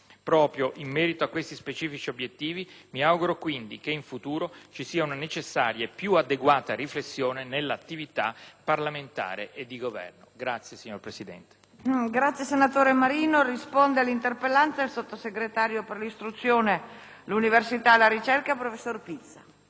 Proprio in merito a questi specifici obiettivi, mi auguro quindi che in futuro ci sia una necessaria e più adeguata riflessione nell'attività parlamentare e di Governo. PRESIDENTE. Il rappresentante